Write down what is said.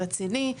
רציני,